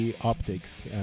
Optics